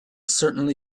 certainly